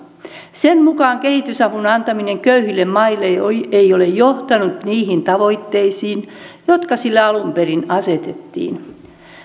sen mukaan kehitysavun antaminen köyhille maille ei ole johtanut niihin tavoitteisiin jotka sille alun perin asetettiin